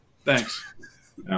Thanks